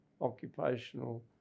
occupational